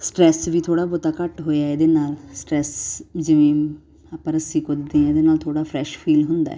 stress ਵੀ ਥੋੜ੍ਹਾ ਬਹੁਤਾ ਘੱਟ ਹੋਇਆ ਇਹਦੇ ਨਾਲ ਸਟਰੈਸ ਜਿਵੇਂ ਆਪਾਂ ਰੱਸੀ ਕੁੱਦੀਏ ਇਹਦੇ ਨਾਲ ਥੋੜ੍ਹਾ ਫਰੈਸ਼ ਫੀਲ ਹੁੰਦਾ